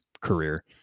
career